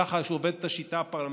ככה עובדת השיטה הפרלמנטרית.